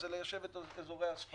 היא ליישב את אזורי הספר